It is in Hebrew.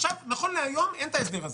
נכון להיום אין את ההסדר הזה.